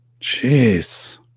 Jeez